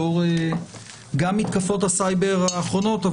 גם בשל מתקפות הסייבר האחרונות,